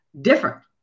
different